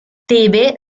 tebe